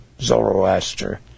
Zoroaster